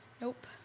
Nope